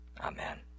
Amen